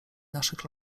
naszych